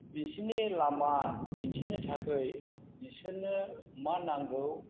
बिसिनि लामा दिन्थिनो थाखाय बिसोरनो मा नांगौ